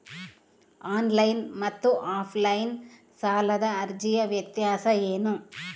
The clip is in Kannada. ಆನ್ಲೈನ್ ಮತ್ತು ಆಫ್ಲೈನ್ ಸಾಲದ ಅರ್ಜಿಯ ವ್ಯತ್ಯಾಸ ಏನು?